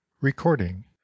Recording